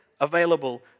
available